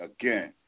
again